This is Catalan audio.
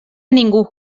ningú